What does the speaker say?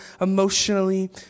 emotionally